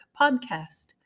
Podcast